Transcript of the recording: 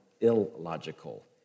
illogical